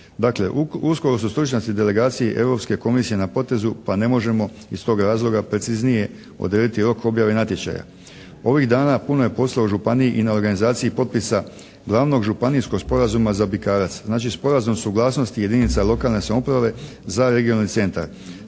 Dakle uskoro su stručnjaci delegacije Europske komisije na potezu pa ne možemo iz tog razloga preciznije odrediti rok objave natječaja. Ovih dana puno je posla u županiji i na organizaciji potpisa glavnog županijskog sporazuma za Bikarac, znači sporazum u suglasnosti jedinica lokalne samouprave za regionalni centar.